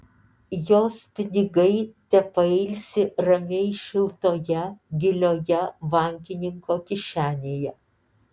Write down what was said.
jos pinigai tepailsi ramiai šiltoje gilioje bankininko kišenėje